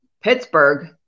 Pittsburgh